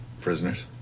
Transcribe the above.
Prisoners